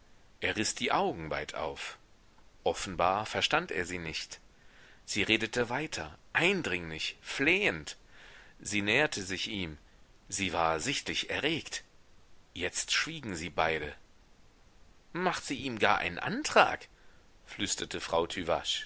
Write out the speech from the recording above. er riß die augen weit auf offenbar verstand er sie nicht sie redete weiter eindringlich flehend sie näherte sich ihm sie war sichtlich erregt jetzt schwiegen sie beide macht sie ihm gar einen antrag flüsterte frau